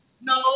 no